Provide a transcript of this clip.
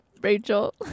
Rachel